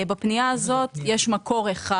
בפנייה הזאת יש מקור אחד,